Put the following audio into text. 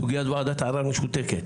סוגיית ועדת הערר משותקת.